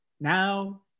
Now